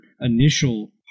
initial